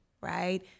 right